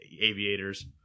Aviators